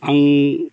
आं